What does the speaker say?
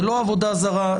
זה לא עבודה זרה,